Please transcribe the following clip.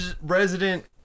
resident